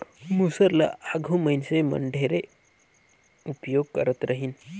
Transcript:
मूसर ल आघु मइनसे मन ढेरे उपियोग करत रहिन